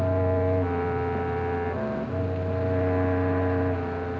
and